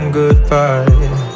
goodbye